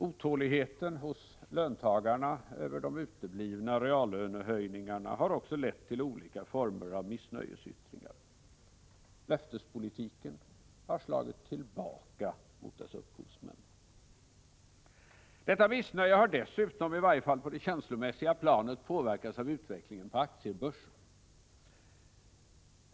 Otåligheten hos löntagarna över de uteblivna reallönehöjningarna har också lett till olika former av missnöjesyttringar. Löftespolitiken har slagit tillbaka mot dess upphovsmän. Detta missnöje har dessutom -— i varje fall på det känslomässiga planet — påverkats av utvecklingen på aktiebörsen.